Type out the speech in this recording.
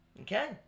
Okay